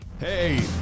Hey